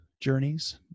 journeys